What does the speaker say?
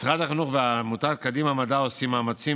משרד החינוך והעמותה קדימה מדע עושים מאמצים